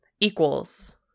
Equals